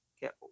get